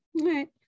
right